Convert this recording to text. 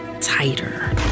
tighter